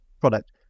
product